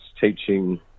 teaching